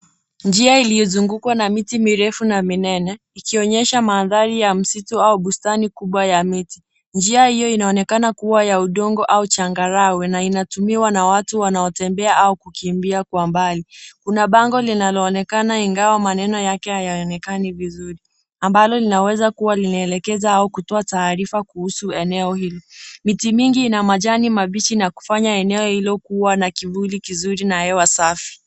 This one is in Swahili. Njia iliyozungukwa na miti mirefu na minene ikionyesha mandhari ya msitu au bustani kubwa ya miti. Njia hio inaonekana kuwa ya udongo au changarawe na inatumiwa na watu wanaotembea au kukimbia kwa mbali. Kuna bango linaloonekana ingawa maneno yake hayaonekani vizuri, ambalo linaweza kuwa linaelekeza au kutoa taarifa kuhusu eneo hili. Miti mingi ina majani mabichi na kufanya eneo hilo kuwa na kivuli kizuri na hewa safi.